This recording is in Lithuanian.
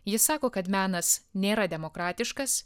ji sako kad menas nėra demokratiškas